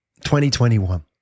2021